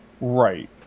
Right